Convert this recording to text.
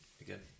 again